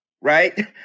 right